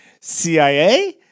CIA